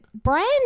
brand